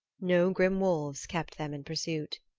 no grim wolves kept them in pursuit.